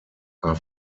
are